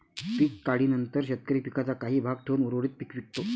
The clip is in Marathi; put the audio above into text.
पीक काढणीनंतर शेतकरी पिकाचा काही भाग ठेवून उर्वरित पीक विकतो